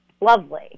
lovely